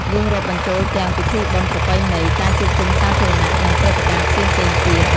យើងរាប់បញ្ចូលទាំងពិធីបុណ្យប្រពៃណី ការជួបជុំសាធារណៈ និងព្រឹត្តិការណ៍ផ្សេងៗទៀត។